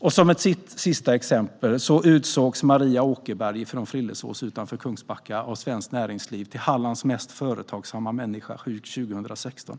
Jag vill ta ett sista exempel. Nyligen utsåg Svenskt Näringsliv Maria Åkerberg från Frillesås utanför Kungsbacka till Hallands mest företagsamma person 2016.